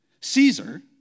Caesar